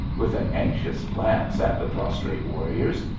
with an anxious glance at the prostrate warriors.